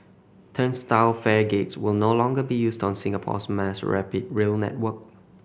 turnstile fare gates will no longer be used on Singapore's mass rapid rail network